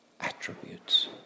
attributes